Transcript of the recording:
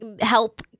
help